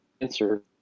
answer